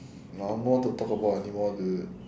I don't know what to talk about anymore dude